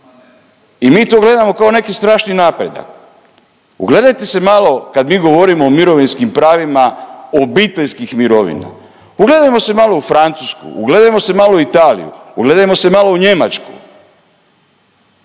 i mi to gledamo kao neki strašni napredak. Ugledajte se malo, kad mi govorimo o mirovinskim pravima obiteljskih mirovina, ugledajmo se malo u Francusku, ugledajmo se malo u Italiju, ugledajmo se malo u Njemačku.